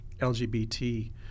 LGBT